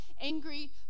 angry